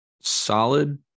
solid